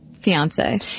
fiance